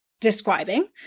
describing